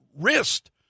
wrist